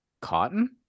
cotton